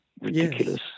ridiculous